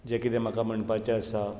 जे कितें म्हाका म्हणपाचे आसा